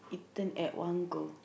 then at one go